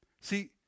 See